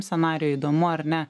scenarijui įdomu ar ne